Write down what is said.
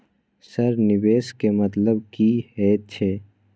Sir निवेश के मतलब की हे छे?